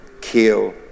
kill